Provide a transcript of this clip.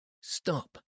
Stop